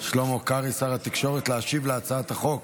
התקשורת שלמה קרעי להשיב על הצעת החוק